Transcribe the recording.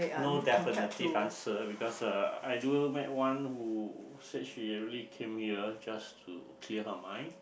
no definitive answer because uh I do met one who said she actually came her just to clear her mind